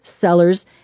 sellers